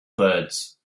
birds